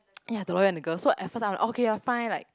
!aiya! on the girl so at first I was like okay lah fine like